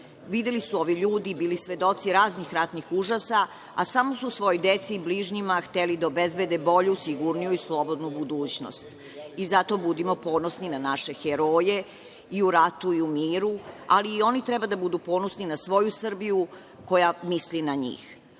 su ovi ljudi i bili svedoci raznih ratnih užasa, a samo su svojoj deci i bližnjima hteli da obezbede bolju, sigurniju i slobodnu budućnost. Zato budimo ponosni na naše heroje i u ratu i u miru, ali i oni treba da budu ponosni na svoju Srbiju koja misli na njih. Ovim